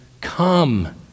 come